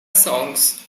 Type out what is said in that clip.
songs